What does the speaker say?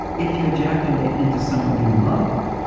if you ejaculate into someone you love,